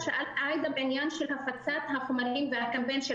שאלת בעניין הפצת החומרים והקמפיין של